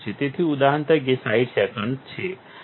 તેથી ઉદાહરણ તરીકે 60 સેકંડ છે